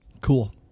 Cool